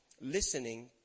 listening